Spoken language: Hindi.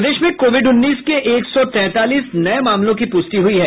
प्रदेश में कोविड उन्नीस के एक सौ तैंतालीस नये मामलों की प्रष्टि हुई हैं